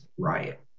riot